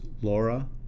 Laura